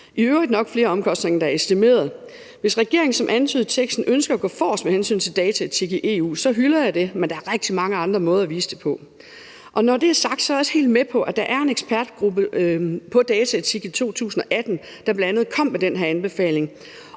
i øvrigt nok flere omkostninger, end der er estimeret. Hvis regeringen som antydet i teksten ønsker at gå forrest med hensyn til dataetik i EU, så hylder jeg det, men der er rigtig mange andre måder at vise det på. Når det er sagt, er jeg også helt med på, at en ekspertgruppe på dataetik i 2018 bl.a. kom med den her anbefaling,